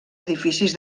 edificis